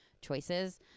choices